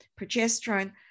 progesterone